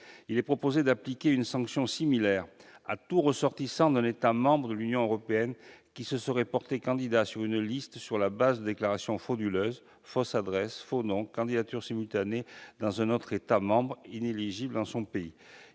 Il est proposé d'appliquer une sanction similaire à tout ressortissant d'un État membre de l'Union européenne qui se serait porté candidat sur une liste sur la base de déclarations frauduleuses- fausse adresse, faux nom, candidature simultanée dans un autre État membre, inéligibilité dans son pays